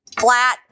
flat